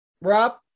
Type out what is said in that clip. Rob